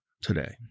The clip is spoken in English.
today